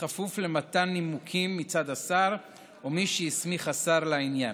כפוף למתן נימוקים מצד השר או מי שהסמיך השר לעניין.